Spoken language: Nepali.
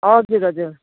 हजुर हजुर